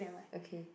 okay